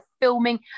filming